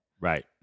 Right